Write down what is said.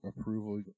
approval